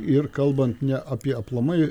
ir kalbant ne apie aplamai